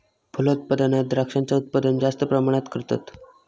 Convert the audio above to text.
फलोत्पादनात द्रांक्षांचा उत्पादन जास्त प्रमाणात करतत